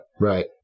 Right